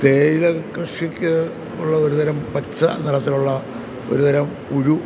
തേയിലക്കൃഷിക്ക് ഉള്ള ഒരുതരം പച്ചനിറത്തിലുള്ള ഒരു തരം പുഴു